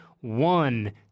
One